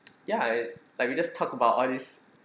ya I like we just talk about all this